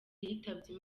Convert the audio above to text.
yitabye